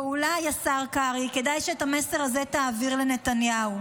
אולי, השר קרעי, כדאי שאת המסר הזה תעביר לנתניהו: